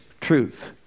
truth